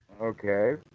okay